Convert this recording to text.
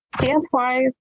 Dance-wise